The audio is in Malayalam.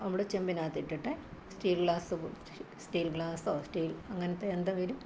അവിടെ ചെമ്പിനകത്ത് ഇട്ടിട്ട് സ്റ്റീൽ ഗ്ലാസ്സ് സ്റ്റീൽ ഗ്ലാസോ സ്റ്റീൽ അങ്ങനത്തെ എന്തെങ്കിലും